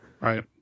Right